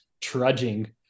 trudging